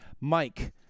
Mike